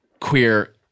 queer